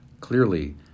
Clearly